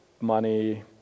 money